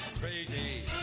Crazy